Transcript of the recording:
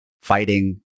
fighting